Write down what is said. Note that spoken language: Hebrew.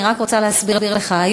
אני רק רוצה להסביר לך,